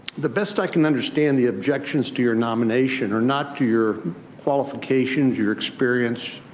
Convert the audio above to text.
the best i can understand the objections to your nominations are not to your qualifications, your experience